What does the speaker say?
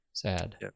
sad